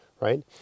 right